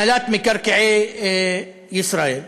הנהלת מקרקעי ישראל,